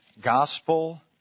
gospel